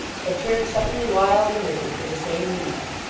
had turned suddenly wild and wicked for the same reason,